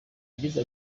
yagize